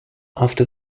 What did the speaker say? after